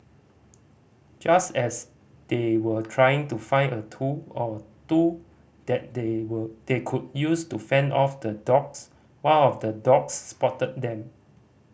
just as they were trying to find a tool or two that they were they could use to fend off the dogs one of the dogs spotted them